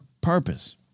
purpose